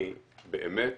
אני באמת